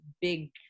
big